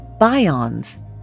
bions